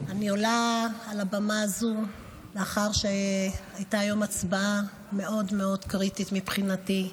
אני עולה על הבמה הזו לאחר שהייתה היום הצבעה מאוד מאוד קריטית מבחינתי,